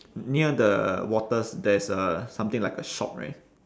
near the waters there's a something like a shop right